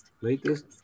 latest